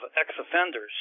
ex-offenders